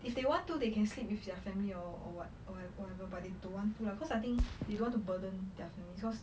if they want to they can sleep with their family or or what or but they don't want to lah cause I think they don't want to burden their family because